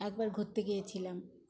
একবার ঘুরতে গিয়েছিলাম